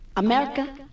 America